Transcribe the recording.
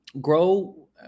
grow